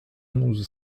onze